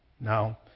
Now